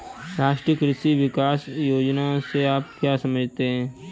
राष्ट्रीय कृषि विकास योजना से आप क्या समझते हैं?